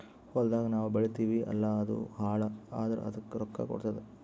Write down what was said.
ಹೊಲ್ದಾಗ್ ನಾವ್ ಬೆಳಿತೀವಿ ಅಲ್ಲಾ ಅದು ಹಾಳ್ ಆದುರ್ ಅದಕ್ ರೊಕ್ಕಾ ಕೊಡ್ತುದ್